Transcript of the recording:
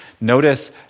notice